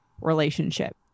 relationship